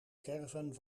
caravan